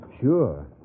Sure